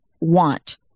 want